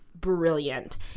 brilliant